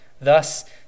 Thus